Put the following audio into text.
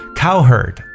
cowherd